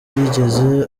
yigeze